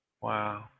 Wow